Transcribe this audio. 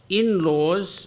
in-laws